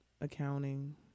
accounting